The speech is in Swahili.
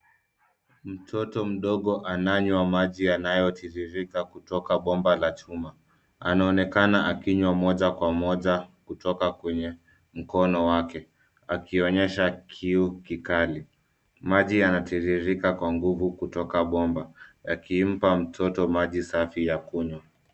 Mtoto mdogo ananywa maji yanayotiririka kutoka bomba la chuma. Anaonekana akinywa moja kwa moja kutoka kwenye mkono wake, akionyesha kiu kikali. Maji yanatiririka kwa nguvu kutoka bomba, yakimpa mtoto maji safi ya kunywa.